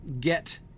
get